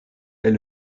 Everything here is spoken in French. est